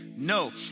No